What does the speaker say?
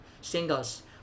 Singles